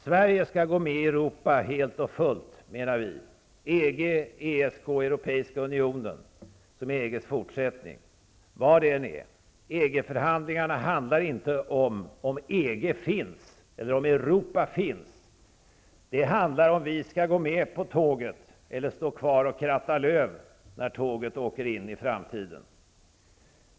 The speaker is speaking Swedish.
Sverige skall gå med i Europa helt och fullt, menar vi. EG, ESK och Europeiska unionen, som är EG:s fortsättning, vad det än är, så handlar EG förhandlingarna inte om huruvida EG finns eller om Europa finns. De handlar om huruvida vi skall med på tåget eller stå kvar och kratta löv när tåget åker in i framtiden.